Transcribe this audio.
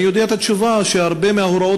אני יודע את התשובה: הרבה מההוראות